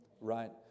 right